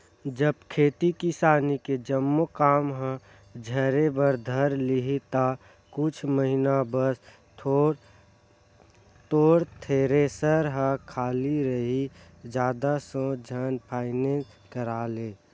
जब खेती किसानी के जम्मो काम ह झरे बर धर लिही ता कुछ महिना बस तोर थेरेसर ह खाली रइही जादा सोच झन फायनेंस करा ले